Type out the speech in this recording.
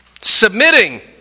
Submitting